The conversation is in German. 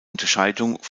unterscheidung